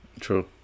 True